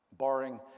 barring